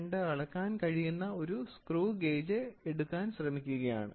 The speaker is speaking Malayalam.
02 അളക്കാൻ കഴിയുന്ന ഒരു സ്ക്രൂ ഗേജ് എടുക്കാൻ ശ്രമിക്കുകയാണ്